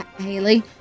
Haley